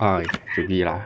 ah should be lah